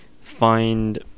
find